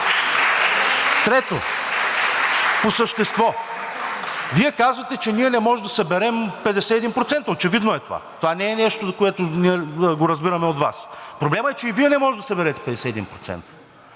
Трето, по същество – Вие казвате, че ние не можем да съберем 51%. Очевидно е това. Това не е нещо, което го разбираме от Вас. Проблемът е, че и Вие не можете да съберете 51%.